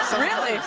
really?